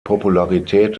popularität